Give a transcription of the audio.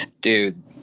dude